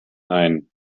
nein